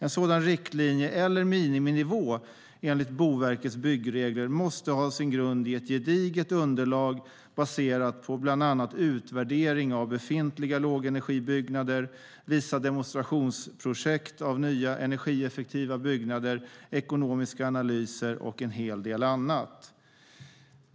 En sådan riktlinje eller miniminivå enligt Boverkets byggregler måste ha sin grund i ett gediget underlag baserat på bland annat utvärdering av befintliga lågenergibyggnader, vissa demonstrationsprojekt av nya energieffektiva byggnader, ekonomiska analyser och en hel del annat.